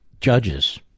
judges